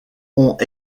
ont